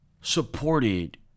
supported